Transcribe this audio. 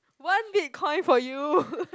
one Bitcoin for you